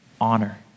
honor